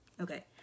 okay